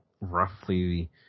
roughly